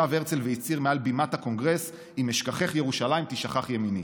שב הרצל והצהיר מעל בימת הקונגרס: "אם אשכחך ירושלים תשכח ימיני",